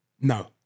No